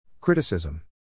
Criticism